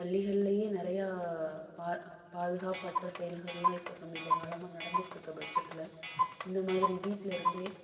பள்ளிகள்லேயே நிறையா பா பாதுகாப்பற்ற செயல்களெல்லாம் இப்போ சமீப காலமாக நடந்துட்டுருக்க பச்சத்தில் இந்த மாதிரி வீட்டில் இருந்தே